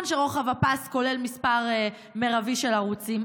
שרוחב הפס כולל מספר מרבי של ערוצים,